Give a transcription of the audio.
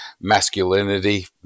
masculinity